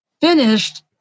finished